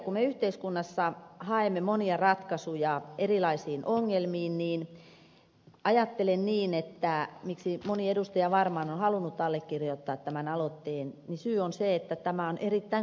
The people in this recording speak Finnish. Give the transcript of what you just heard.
kun me yhteiskunnassa haemme ratkaisuja erilaisiin ongelmiin ajattelen niin että syy miksi moni edustaja varmaan on halunnut allekirjoittaa tämän aloitteen on se että tämä on erittäin kustannustehokas